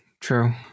True